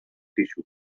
tissue